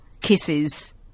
kisses